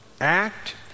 act